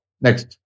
Next